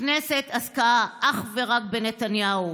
הכנסת עסקה אך ורק בנתניהו.